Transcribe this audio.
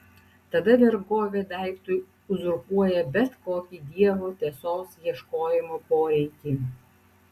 tada vergovė daiktui uzurpuoja bet kokį dievo tiesos ieškojimo poreikį